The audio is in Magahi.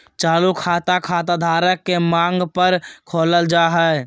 चालू खाता, खाता धारक के मांग पर खोलल जा हय